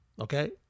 Okay